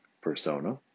persona